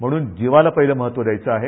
म्हणून जीवाला पहिले महत्व द्यायचे आहे